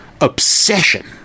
obsession